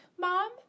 mom